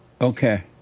Okay